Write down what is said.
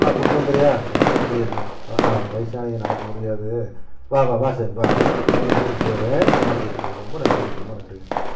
ஆ கொண்டு வந்துடுறியா ரொம்ப நன்றி கண்ணு கண்ணு அ ஆ வயிசானவங்க நடக்க முடியாது வா வா வா சாமி வா வா வா வந்து கொடுத்துட்டு போயிரு அம்மாகிட்ட கொடுத்துட்டு போயிரு ரொம்ப நன்றி கண் ரொம்ப நன்றி கண்ணு